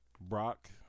Brock